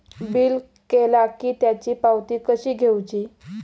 Bill केला की त्याची पावती कशी घेऊची?